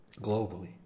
globally